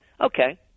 Okay